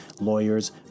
lawyers